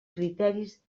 criteris